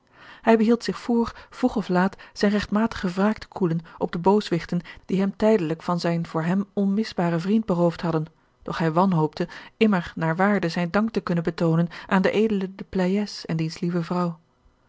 hij behield zich voor vroeg of laat zijne regtmatige wraak te koelen op de booswichten die hem tijdelijk van zijn voor hem onmisbaren vriend beroofd hadden doch hij wanhoopte immer naar george een ongeluksvogel waarde zijn dank te kunnen betoonen aan den edelen de pleyes en diens lieve vrouw